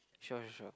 sure sure sure